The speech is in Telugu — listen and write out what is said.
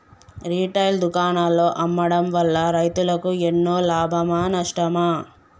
రిటైల్ దుకాణాల్లో అమ్మడం వల్ల రైతులకు ఎన్నో లాభమా నష్టమా?